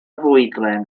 fwydlen